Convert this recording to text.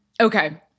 Okay